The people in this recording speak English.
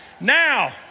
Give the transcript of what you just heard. now